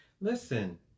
Listen